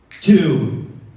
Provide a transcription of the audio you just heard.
Two